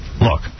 Look